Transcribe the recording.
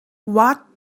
what